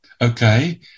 Okay